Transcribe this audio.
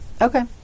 Okay